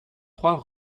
trois